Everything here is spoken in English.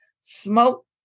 smoke